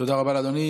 תודה רבה לאדוני.